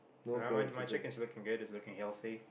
uh my my chicken is looking good it's looking healthy